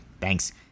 thanks